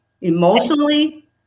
Emotionally